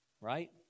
Right